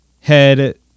head